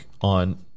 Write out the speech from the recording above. on